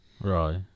Right